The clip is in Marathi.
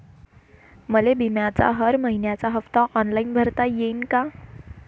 मले बिम्याचा हर मइन्याचा हप्ता ऑनलाईन भरता यीन का?